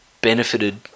benefited